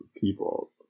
people